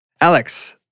Alex